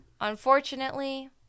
unfortunately